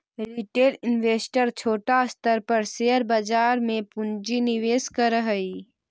retail investor छोटा स्तर पर शेयर बाजार में पूंजी निवेश करऽ हई